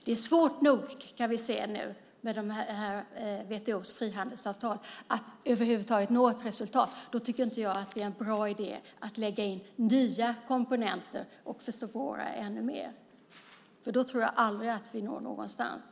Vi kan se att det är svårt nog nu att med WTO:s frihandelsavtal över huvud taget nå ett resultat. Då tycker inte jag att det är en bra idé att lägga in nya komponenter och försvåra ännu mer. Då tror jag aldrig att vi når någonstans.